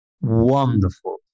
Wonderful